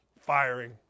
Firing